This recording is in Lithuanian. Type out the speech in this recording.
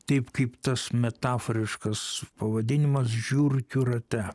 taip kaip tas metaforiškas pavadinimas žiurkių rate